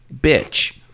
bitch